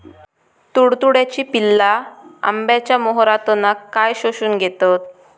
तुडतुड्याची पिल्ला आंब्याच्या मोहरातना काय शोशून घेतत?